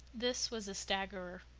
this was a staggerer.